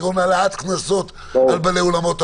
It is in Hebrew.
כגון העלאת קנסות על בעלי אולמות,